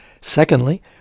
Secondly